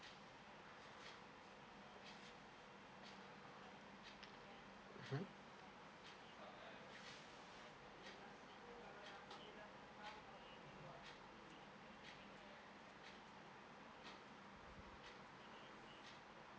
mmhmm